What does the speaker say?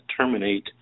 terminate